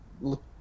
look